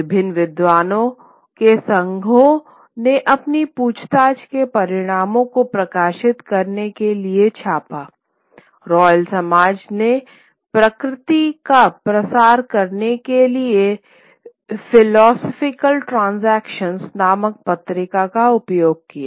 विभिन्न विद्वानों के संघों ने अपनी पूछताछ के परिणामों को प्रकाशित करने के लिए छापा रॉयल समाज ने प्रकृति का प्रसार करने के लिए फिलोसोफिकल ट्रांसेक्शन नमक पत्रिका का उपयोग किया